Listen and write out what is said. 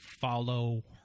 follow